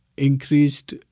increased